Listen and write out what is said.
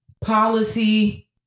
policy